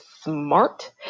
smart